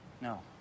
No